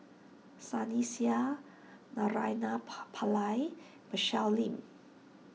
Sunny Sia Naraina Pa Pallai and Michelle Lim